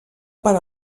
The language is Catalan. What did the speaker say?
per